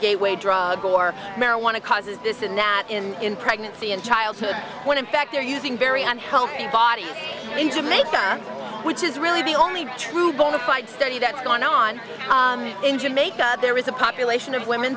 gateway drug or marijuana causes this in that in in pregnancy in childhood when in fact they're using very unhealthy body in jamaica which is really the only true bonafide study that's going on in jamaica there is a population of women